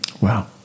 Wow